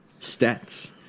Stats